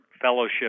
fellowship